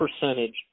percentage